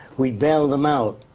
we bailed them out.